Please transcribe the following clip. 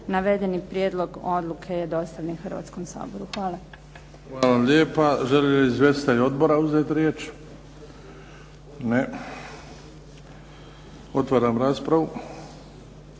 Navedeni prijedlog odluke je dostavljen Hrvatskom saboru. Hvala. **Bebić, Luka (HDZ)** Hvala lijepa. Žele li izvjestitelji odbora uzeti riječ? Ne. Otvaram raspravu.